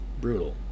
brutal